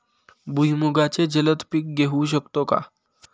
भुईमुगाचे जलद पीक घेऊ शकतो का?